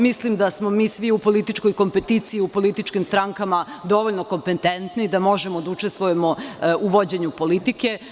Mislim da smo mi svi u političkoj kompeticiji, u političkim strankama dovoljno kompetentni da možemo da učestvujemo u vođenju politike.